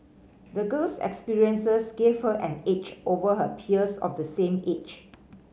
the girl's experiences gave her an edge over her peers of the same age